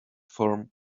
form